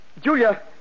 Julia